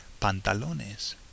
pantalones